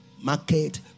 Market